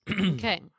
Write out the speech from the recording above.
Okay